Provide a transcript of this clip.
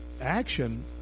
action